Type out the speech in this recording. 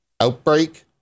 Outbreak